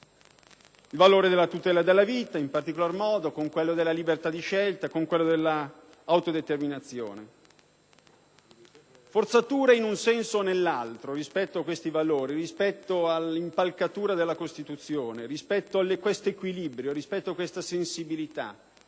al valore della tutela della vita, in particolar modo, insieme a quello della libertà di scelta e a quello dell'autodeterminazione. Forzature in un senso o nell'altro rispetto a questi valori e all'impalcatura della Costituzione, rispetto a questo equilibrio, a questa sensibilità